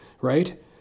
Right